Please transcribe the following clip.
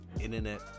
internet